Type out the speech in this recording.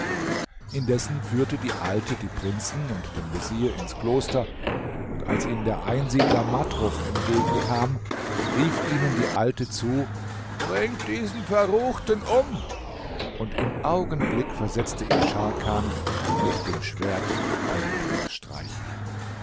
indessen führte die alte die prinzen und den vezier ins kloster und als ihnen der einsiedler matruch entgegenkam rief ihnen die alte zu bringt diesen verruchten um und im augenblick versetzte ihm scharkan mit dem schwert einen todesstreich